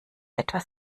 etwas